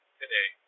today